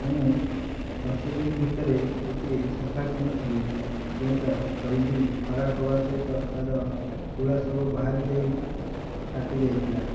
ମୁଁ ଦଶ ଦିନ ଭିତରେ ଗୋଟିଏ ସୋଫା କିଣିଥିଲି ଯେଉଁଟା ଜଲ୍ଦି ଖରାପ ହବା ସହିତ ତା ର ତୁଳା ସବୁ ବାହାରିଯାଇ ଫାଟି ଯାଇଥିଲା